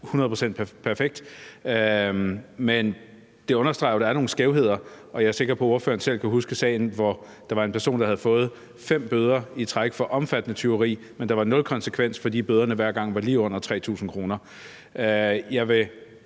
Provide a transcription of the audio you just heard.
procent perfekt, men det understreger, at der er nogle skævheder, og jeg er sikker på, at ordføreren selv kan huske sagen, hvor der var en person, der havde fået fem bøder i træk for omfattende tyveri, men der var nul konsekvens, fordi bøderne hver gang var på lige under 3.000 kr. Jeg vil